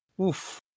oof